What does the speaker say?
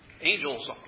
angels